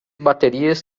baterias